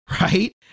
right